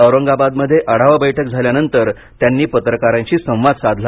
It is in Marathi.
औरंगाबादमध्ये आढावा बैठक झाल्यानंतर त्यांनी पत्रकारांशी संवाद साधला